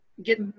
get